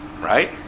Right